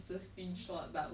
alrighty